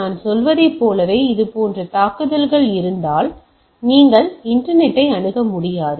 நான் சொல்வதைப் போலவே இது போன்ற தாக்குதல் இருந்தால் நீங்கள் இன்டர்நெட்டை ஐ அணுக முடியாது